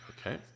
Okay